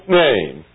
name